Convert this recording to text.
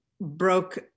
broke